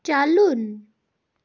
چَلُن